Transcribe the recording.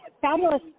fabulous